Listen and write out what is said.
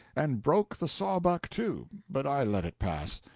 and broke the saw-buck, too, but i let it pass.